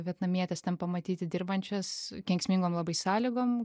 vietnamietes ten pamatyti dirbančias kenksmingom labai sąlygom